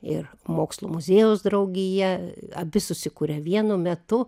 ir mokslo muziejaus draugija abi susikuria vienu metu